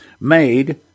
made